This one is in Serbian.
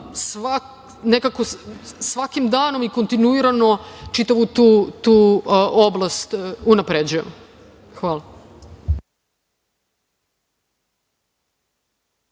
svakim danom i kontinuirano čitavu tu oblast unapređujemo. Hvala.